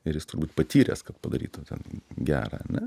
ir jis turbūt patyręs kad padarytų ten gerą ane